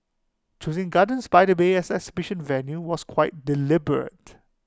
choosing gardens by the bay as exhibition venue was quite deliberate